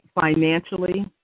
financially